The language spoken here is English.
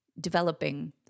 developing